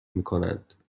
میکنند